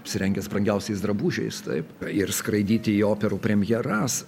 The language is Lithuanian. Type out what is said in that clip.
apsirengęs brangiausiais drabužiais taip ir skraidyti į operų premjeras